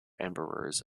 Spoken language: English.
emperors